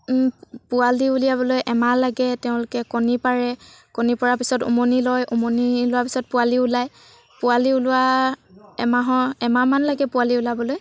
পোৱালি উলিয়াবলৈ এমাহ লাগে তেওঁলোকে কণী পাৰে কণী পৰা পিছত উমনি লয় উমনি লোৱাৰ পিছত পোৱালি ওলায় পোৱালি ওলোৱা এমাহৰ এমাহমান লাগে পোৱালি ওলাবলৈ